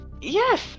Yes